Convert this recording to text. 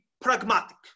pragmatic